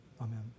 amen